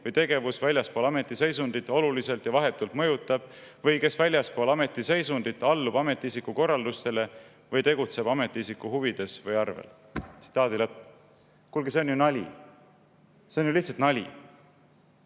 või tegevus väljaspool ametiseisundit oluliselt ja vahetult mõjutab või kes väljaspool ametiseisundit allub ametiisiku korraldustele või tegutseb ametiisiku huvides või arvel". Kuulge, see on ju nali! See on lihtsalt nali!